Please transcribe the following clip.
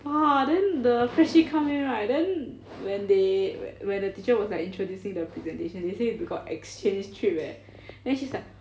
!wah! then the freshie come in right then when they when the teacher was like introducing the presentation they say they got exchange trip eh then she's like